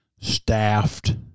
staffed